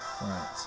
Right